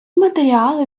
матеріали